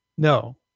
No